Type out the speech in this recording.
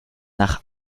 nach